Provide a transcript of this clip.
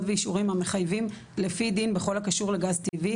ואישורים המחייבים על פי דין בכל הקשור לגז טבעי,